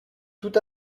tout